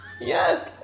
yes